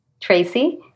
Tracy